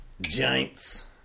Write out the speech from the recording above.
Giants